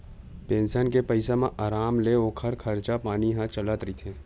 pension के पइसा म अराम ले ओखर खरचा पानी ह चलत रहिथे